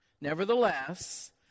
Nevertheless